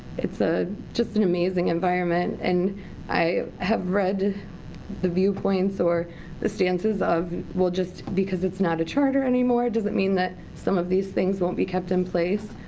it's ah just an amazing environment. and i have read the viewpoints or the stances of well, just because it's not a charter anymore does it mean some of these things won't be kept in place?